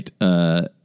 right